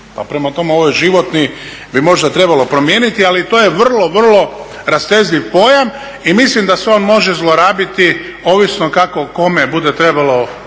prema tome ovo životni bi možda trebalo promijeniti ali to je vrlo, vrlo rastezljiv pojam i mislim da se on može zlorabiti ovisno kako kome bude trebalo u kojoj